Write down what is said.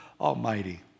Almighty